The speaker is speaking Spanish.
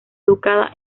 educada